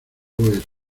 boy